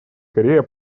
корея